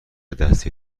دستی